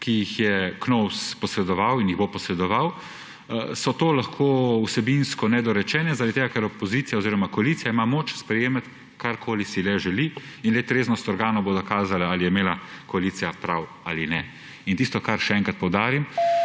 ki jih je Knovs posredoval in jih bo posredoval, so lahko vsebinsko nedorečeni, zaradi tega ker ima koalicija moč sprejemati, karkoli si le želi. Le treznost organov bo dokazala, ali je imela koalicija prav ali ne. Tisto, kar je, še enkrat poudarim,